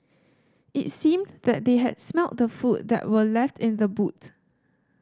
it seemed that they had smelt the food that were left in the boot